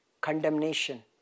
condemnation